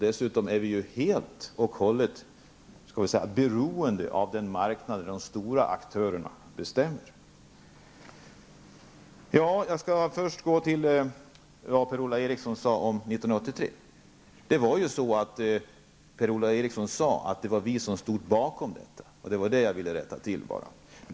Dessutom är vi helt beroende av den marknad som bestäms av de stora aktörerna. Per-Ola Eriksson tog upp det som skedde 1983. Han sade tidigare att det var vi som stod bakom detta, och det var bara det som jag ville rätta till.